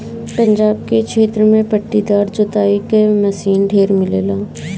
पंजाब के क्षेत्र में पट्टीदार जोताई क मशीन ढेर मिलेला